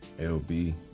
LB